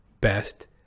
best